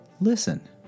listen